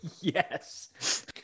Yes